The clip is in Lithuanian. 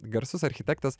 garsus architektas